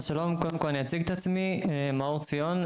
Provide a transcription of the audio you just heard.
שלום, קודם כל אני אציג את עצמי, מאור ציון.